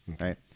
right